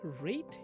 rate